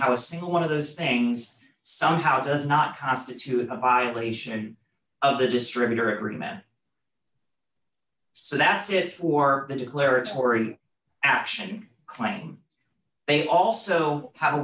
a single one of those things somehow does not constitute a violation of the distributor agreement so that's it for the declaratory action claim they also have a